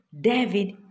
David